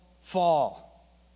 fall